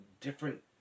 Different